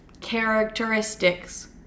characteristics